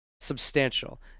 substantial